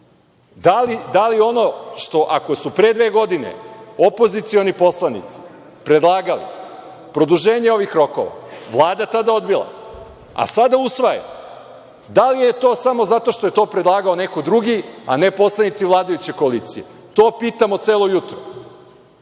Da li ono ako su pre dve godine opozicioni poslanici predlagali produženje ovih rokova, Vlada tada odbila, a sada usvaja, da li je to samo zato što je to predlagao neko drugi a ne poslanici vladajuće koalicije? To pitamo celo jutro